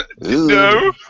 No